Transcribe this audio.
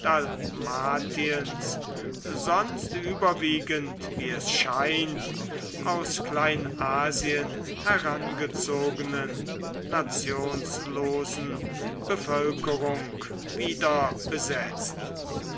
sonst überwiegend wie es scheint aus kleinasien herangezogenen nationslosen bevölkerung wiederbesetzt